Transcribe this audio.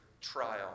trial